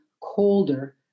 colder